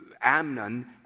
Amnon